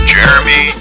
Jeremy